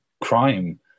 crime